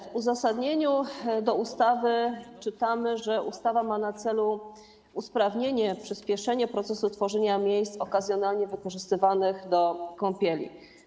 W uzasadnieniu ustawy czytamy, że ustawa ma na celu usprawnienie, przyspieszenie procesu tworzenia miejsc okazjonalnie wykorzystywanych do kąpieli.